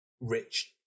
rich